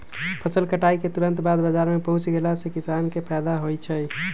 फसल कटाई के तुरत बाद बाजार में पहुच गेला से किसान के फायदा होई छई